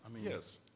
Yes